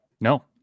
no